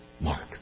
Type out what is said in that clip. Mark